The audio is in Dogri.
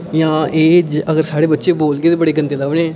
जां एह् अगर साढ़े बच्चे बोलगे तां बड़े गंदे लभनें